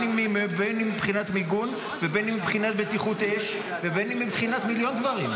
אם מבחינת מיגון ואם מבחינת בטיחות אש ואם מבחינת מיליון דברים.